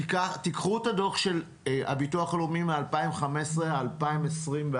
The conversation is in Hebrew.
תיקחו את הדוח של הביטוח הלאומי מ-2015, 2021,